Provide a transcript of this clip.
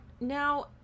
Now